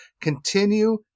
continue